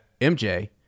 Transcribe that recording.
MJ